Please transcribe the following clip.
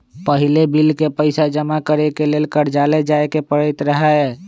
पहिले बिल के पइसा जमा करेके लेल कर्जालय जाय के परैत रहए